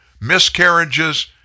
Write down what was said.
miscarriages